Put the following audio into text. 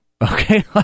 Okay